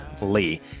Lee